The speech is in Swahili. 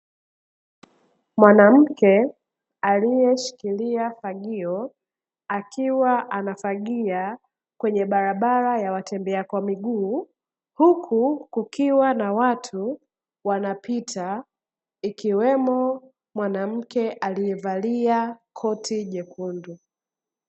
Mwanamke aliyeshikilia fagio akiwa anafagia kwenye barabara ya watembea kwa miguu, huku kukiwa na watu wanapita ikiwemo mwanamke aliyevalia koti jekundu.